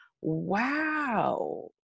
wow